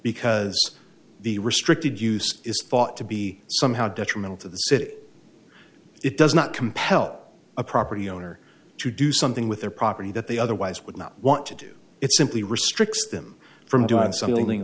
because the restricted use is thought to be somehow detrimental to the city it does not compel a property owner to do something with their property that they otherwise would not want to do it simply restricts them from doing something